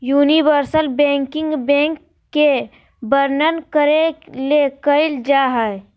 universal banking bank के वर्णन करे ले कइल जा हइ